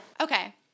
Okay